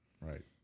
right